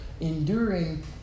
enduring